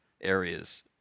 areas